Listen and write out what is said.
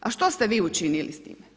A što ste vi učinili s tim?